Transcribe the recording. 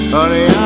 Honey